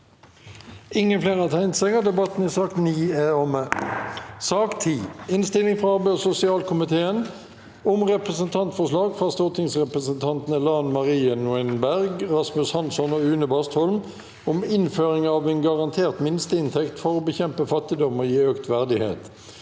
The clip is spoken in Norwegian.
i sak nr. 10, debattert 28. november 2023 Innstilling fra arbeids- og sosialkomiteen om Representantforslag fra stortingsrepresentantene Lan Marie Nguyen Berg, Rasmus Hansson og Une Bastholm om innføring av en garantert minsteinntekt for å bekjempe fattigdom og gi økt verdighet